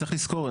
צריך לזכור,